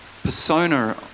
persona